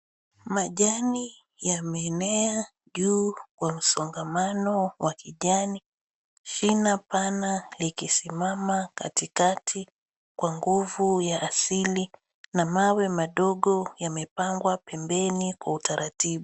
Majani yamemea juu kwa msongamano wa kijani, shina pana likisimama katikati kwa nguvu ya asili, na mawe madogo yamepangwa pembeni kwa utaratibu.